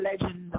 legend